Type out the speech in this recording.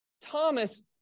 Thomas